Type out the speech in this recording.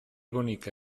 bonica